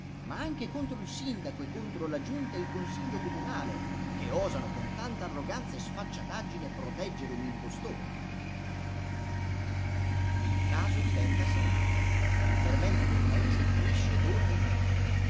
ma anche contro il sindaco e contro la giunta e il consiglio municipale che osano con tanta arroganza e sfacciataggine proteggere un impostore il caso diventa serio il fermento del paese cresce d'ora in ora